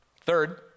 Third